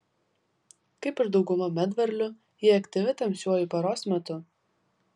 kaip ir dauguma medvarlių ji aktyvi tamsiuoju paros metu